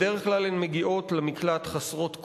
בדרך כלל הן מגיעות למקלט חסרות כול.